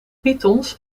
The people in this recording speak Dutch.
pythons